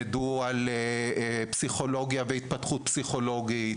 פסיכולוגיה, התפתחות פסיכולוגית,